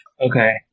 Okay